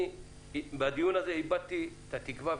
אני בדיון הזה איבדתי את התקווה,